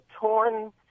torn